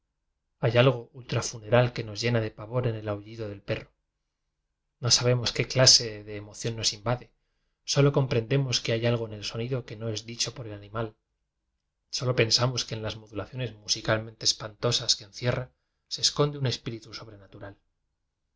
hay algo ufra funeral que nos llena de pavor en el bullido del perro no sabemos qué clase de emoción nos invade sólo comprendemos que hay algo en el sonido que no es dicho por el animal solo pensamos que en las modulaciones musicalmente espantosas que encierra se esconde un espíritu sobrenatu